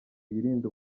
yirinde